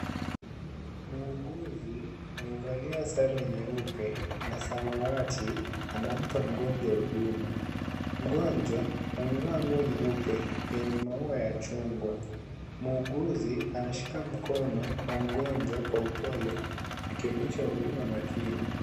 Muuguzi amevalia sare nyeupe na samawati. Anampa mgonjwa huduma. Mgonjwa amevaa nguo nyeupe yenye maua ya chungwa. Muuguzi anashika mkono wa mgonjwa kwa upole akionyesha huduma makini.